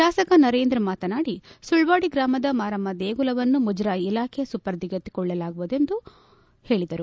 ಶಾಸಕ ನರೇಂದ್ರ ಮಾತನಾಡಿ ಸುಳ್ವಾಡಿ ಗ್ರಾಮದ ಮಾರಮ್ಮ ದೇಗುಲವನ್ನು ಮುಜರಾಯಿ ಇಲಾಖೆಯ ಸುಪರ್ದಿಗೆ ತೆಗೆದುಕೊಳ್ಳಲಾಗುವುದು ಎಂದು ಹೇಳಿದರು